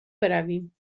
برویم